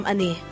Ani